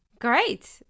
great